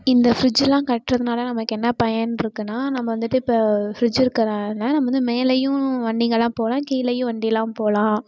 இந்த ஃப்ரிட்ஜ் எல்லாம் கட்டுறதுனால நமக்கு என்ன பயன் இருக்குதுன்னா நம்ம வந்துவிட்டு இப்போ ஃப்ரிட்ஜ் இருக்கறன நம்ம வந்து மேலேயும் வண்டிங்க எல்லாம் போகலாம் கீழேயும் வண்டிலாம் போகலாம்